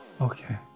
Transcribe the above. okay